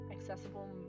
accessible